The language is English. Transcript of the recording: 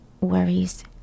worries